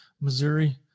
missouri